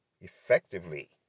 effectively